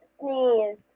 sneeze